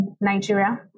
Nigeria